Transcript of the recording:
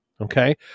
Okay